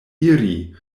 iri